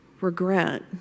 regret